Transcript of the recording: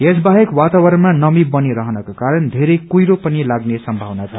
यस बाहेक वातावरणमा नमी बनी रहनको कारण धेरै कुइरो पनि लाग्ने सम्मावना छ